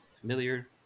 familiar